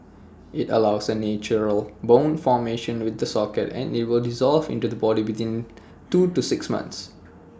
IT allows send natural bone formation with the socket and will dissolve in the body within two to six months